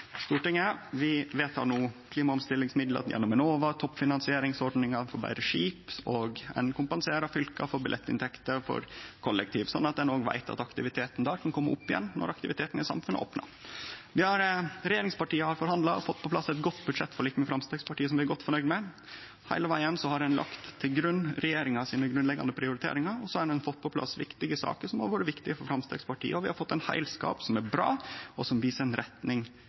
no klimaomstillingsmidlar gjennom Enova, toppfinansieringsordninga for betre skip, og ein kompenserer fylka for billettinntekter i kollektiv, slik at ein veit at aktiviteten der kan kome opp igjen når aktiviteten i samfunnet opnar. Regjeringspartia har forhandla og fått på plass eit godt budsjettforlik med Framstegspartiet, som vi er godt fornøgd med. Heile vegen har ein lagt til grunn regjeringa sine grunnleggjande prioriteringar, og så har ein fått på plass viktige saker som har vore viktige for Framstegspartiet, og vi har fått ein heilskap som er bra, og som viser ei retning